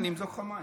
לבדיקה, רק לבדיקה.